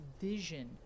vision